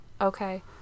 okay